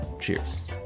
cheers